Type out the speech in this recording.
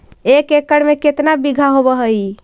एक एकड़ में केतना बिघा होब हइ?